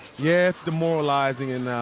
yeah, it's demoralizing and,